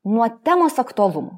nuo temos aktualumo